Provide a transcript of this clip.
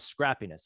scrappiness